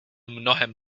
mnohem